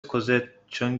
کوزتچون